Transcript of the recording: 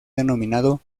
denominado